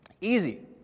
easy